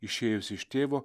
išėjusį iš tėvo